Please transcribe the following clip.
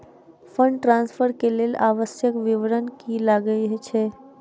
Fund transfer केँ लेल आवश्यक विवरण की की लागै छै?